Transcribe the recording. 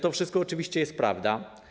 To wszystko oczywiście jest prawda.